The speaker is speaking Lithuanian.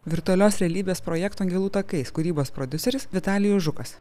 virtualios realybės projektą angelų takais kūrybos prodiuseris vitalijus žukas